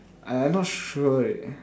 I I not sure eh